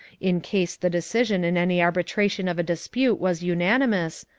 in case the decision in any arbitration of a dispute was unanimous,